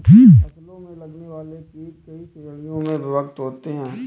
फसलों में लगने वाले कीट कई श्रेणियों में विभक्त होते हैं